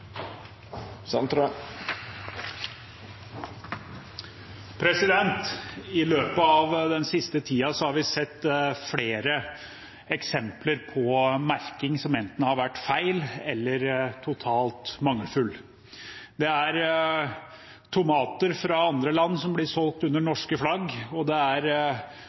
I løpet av den siste tiden har vi sett flere eksempler på merking som har vært enten feil eller totalt mangelfull. Det er tomater fra andre land som blir solgt under norsk flagg, og det er